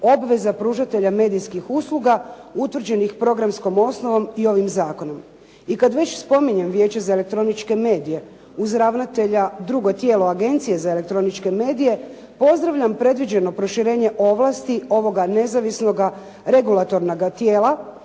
obveza pružatelja medijskih usluga utvrđenih programskom osnovom i ovim zakonom. I kad već spominjem Vijeće za elektroničke medije uz ravnatelja drugo tijelo Agencije za elektroničke medije pozdravljam predviđeno proširenje ovlasti ovoga nezavisnoga regulatornoga tijela